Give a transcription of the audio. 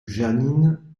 janine